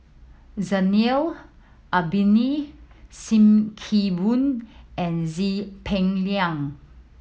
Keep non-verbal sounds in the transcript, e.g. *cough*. Zainal Abidin Sim Kee Boon and *unintelligible* Peng Liang